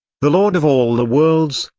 the lord of all the worlds,